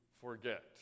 forget